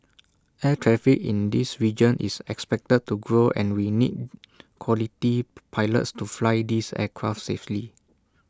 air traffic in this region is expected to grow and we need quality pilots to fly these aircraft safely